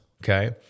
Okay